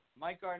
Mike